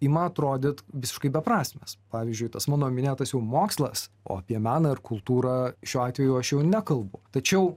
ima atrodyt visiškai beprasmės pavyzdžiui tas mano minėtas jau mokslas o apie meną ir kultūrą šiuo atveju aš jau nekalbu tačiau